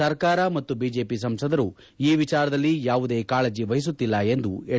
ಸರ್ಕಾರ ಮತ್ತು ಬಿಜೆಪಿ ಸಂಸದರು ಈ ವಿಚಾರದಲ್ಲಿ ಯಾವುದೇ ಕಾಳಜಿ ವಹಿಸುತ್ತಿಲ್ಲ ಎಂದು ಎಚ್